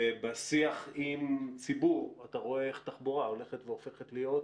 בשיח עם ציבור אתה רואה איך תחבורה הולכת והופכת להיות,